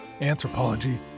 anthropology